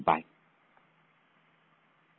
bye